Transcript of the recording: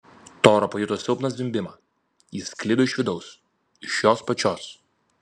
tora pajuto silpną zvimbimą jis sklido iš vidaus iš jos pačios